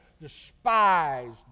despised